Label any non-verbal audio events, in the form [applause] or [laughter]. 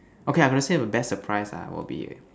okay I got to save a best surprise ah will be [noise]